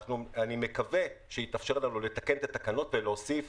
אני מקווה שיתאפשר לנו לתקן את התקנות ולהוסיף